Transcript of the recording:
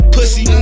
Pussy